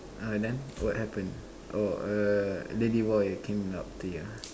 uh then what happened oh uh then the became ah